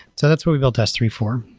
so that's what we built s three for.